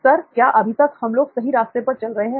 sir क्या अभी तक हम लोग सही रास्ते पर चल रहे हैं